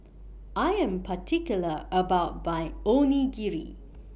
I Am particular about My Onigiri